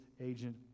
agent